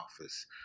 office